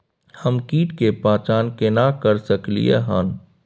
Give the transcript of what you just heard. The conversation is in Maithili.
हम कीट के पहचान केना कर सकलियै हन?